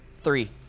Three